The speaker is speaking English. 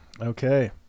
Okay